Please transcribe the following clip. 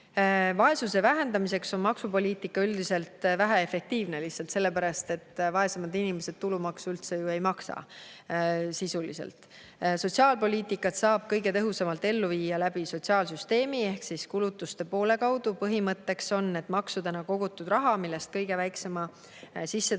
Vaesuse vähendamiseks on maksupoliitika üldiselt väheefektiivne, lihtsalt sellepärast, et vaesemad inimesed tulumaksu ju sisuliselt üldse ei maksa. Sotsiaalpoliitikat saab kõige tõhusamalt ellu viia sotsiaalsüsteemi ehk kulutuste poole kaudu. Põhimõte on, et maksudena kogutud raha, millest kõige väiksema sissetulekuga